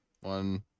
one